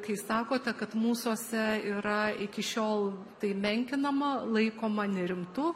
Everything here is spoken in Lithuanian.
kai sakote kad mūsuose yra iki šiol tai menkinama laikoma nerimtu